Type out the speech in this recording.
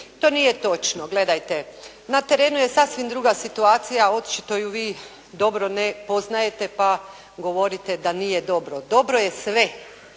to nije točno. Gledajte na terenu je sasvim druga situacija. Očito ju vi dobro ne poznajete pa govorite da nije dobro. Dobro je sve.